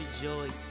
rejoice